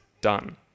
done